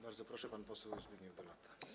Bardzo proszę, pan poseł Zbigniew Dolata.